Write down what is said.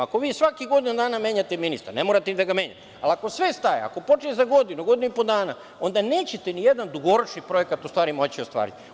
Ako vi svakih godinu dana menjate ministra, ne morate ni da ga menjate, ali ako sve staje, ako počne za godinu, godinu i po dana, onda nećete nijedan dugoročni projekat moći da ostvariti.